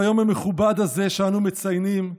ביום המכובד הזה שאנו מציינים,